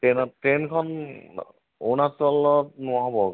ট্ৰেনত ট্ৰেনখন অৰুনাচলত নহ'ব